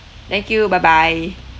thank you bye bye